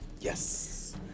yes